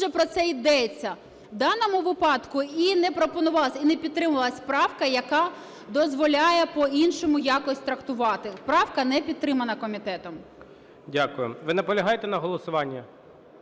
же про це йдеться. В даному випадку і не пропонувалась, і не підтримувалась правка, яка дозволяє по-іншому якось трактувати. Правка не підтримана комітетом. ГОЛОВУЮЧИЙ. Дякую. Ви наполягаєте на голосуванні?